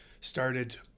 started